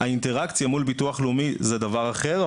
האינטראקציה מול הביטוח הלאומי זה דבר אחר,